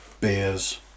beers